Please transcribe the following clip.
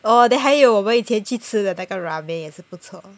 oh then 还有我们以前去吃的那个 ramen 也是不错